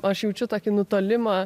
aš jaučiu tokį nutolimą